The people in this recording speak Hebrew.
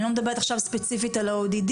אני לא מדברת עכשיו ספציפית על ה-ODD,